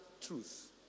truth